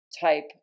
type